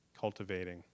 cultivating